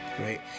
right